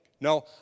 no